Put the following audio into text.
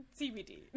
CBD